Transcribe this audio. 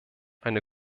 eine